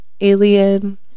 alien